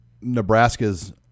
Nebraska's